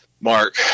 Mark